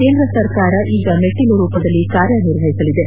ಕೇಂದ್ರ ಸರಕಾರ ಈಗ ಮೆಟ್ಟಲು ರೂಪದಲ್ಲಿ ಕಾರ್ಯ ನಿರ್ವಹಿಸಲಿದೆ